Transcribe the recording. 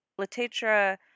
Latetra